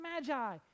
magi